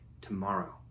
tomorrow